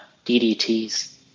ddt's